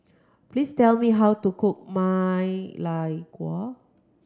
please tell me how to cook Ma Lai Guo